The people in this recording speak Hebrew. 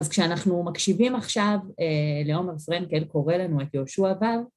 אז כשאנחנו מקשיבים עכשיו, לעומר פרנקל קורא לנו את יהושע באר.